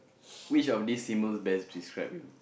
which of these symbols best describe you